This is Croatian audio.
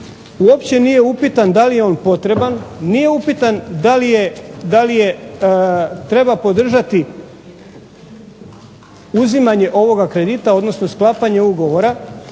uopće nije upitan da li je on potreban, nije upitan da li je treba podržati uzimanje ovoga kredita, odnosno sklapanje ugovora